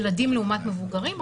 ילדים לעומת מבוגרים,